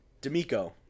D'Amico